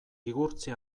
igurtzi